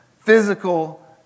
physical